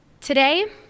Today